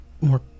more